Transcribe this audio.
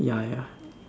ya ya